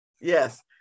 yes